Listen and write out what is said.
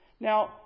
Now